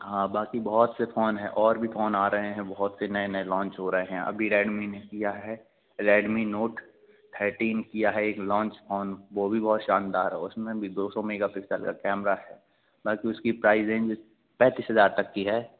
हाँ बाकी बहुत से फोन हैं और भी फोन आ रहे हैं बहुत से नए नए लॉन्च हो रहे हैं अभी रेडमी ने किया है रेडमी नोट थर्टीन किया है एक लॉन्च फोन वे भी शानदार हैं उसमें भी दो सौ मेगा पिक्सल का कैमरा है बाकि उसकी प्राइज़ रेंज पैंतीस हज़ार तक की है